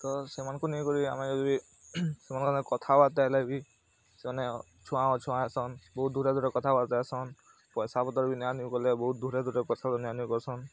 ତ ସେମାନ୍କୁ ନେଇ କରି ଆମେ ଯଦି ବି ସେମାନକର୍ ସାଙ୍ଗେ କଥାବାର୍ତ୍ତା ହେଲେ ବି ସେମାନେ ଛୁଆଁ ଅଛୁଆଁ ହେସନ୍ ବହୁତ୍ ଦୂରେ ଦୂରେ କଥାବାର୍ତ୍ତା ହେସନ୍ ପଏସା ପତର୍ ବି ନିଆ ନୁଇଁ କଲେ ବହୁତ୍ ଦୂରେ ଦୂରେ ପଏସା ନିଆ ନୁଇଁ କର୍ସନ୍